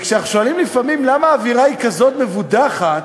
כששואלים לפעמים למה האווירה היא כזאת מבודחת,